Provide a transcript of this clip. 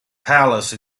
palace